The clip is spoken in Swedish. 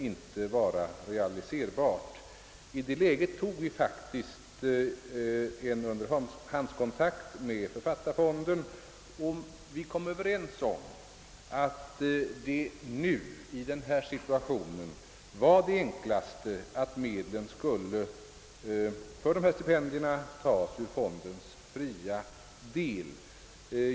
I det läget tog vi faktiskt en underhandskontakt med Författarfonden och vi kom överens om att det enklaste i denna situation var att medlen för dessa stipendier skulle tas ur fondens fria del.